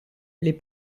les